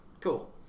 Cool